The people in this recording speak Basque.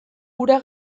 ura